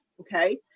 Okay